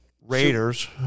Raiders